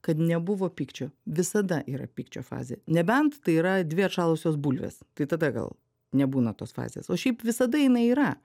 kad nebuvo pykčio visada yra pykčio fazė nebent tai yra dvi atšalusios bulvės tai tada gal nebūna tos fazės o šiaip visada jinai yra